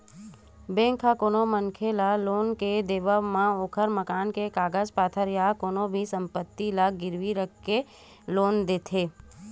bank ह कोनो मनखे ल लोन के देवब म ओखर मकान के कागज पतर या कोनो भी संपत्ति ल गिरवी रखके लोन देथे